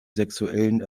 sexuellen